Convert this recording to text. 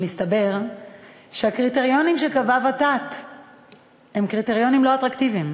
הסתבר שהקריטריונים שקבעה ות"ת הם קריטריונים לא אטרקטיביים.